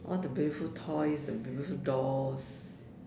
all the beautiful toys the beautiful dolls